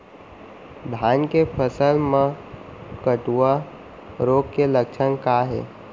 धान के फसल मा कटुआ रोग के लक्षण का हे?